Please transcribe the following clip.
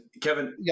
Kevin